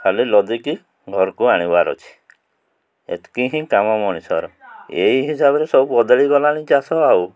ଖାଲି ଲଦିକି ଘରକୁ ଆଣିବାର ଅଛି ଏତିକି୍ ହିଁ କାମ ମଣିଷର ଏଇ ହିସାବରେ ସବୁ ବଦଳି ଗଲାଣି ଚାଷ ଆଉ